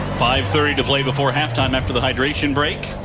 five thirty two play before halftime after the hydration break.